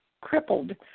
crippled